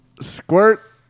Squirt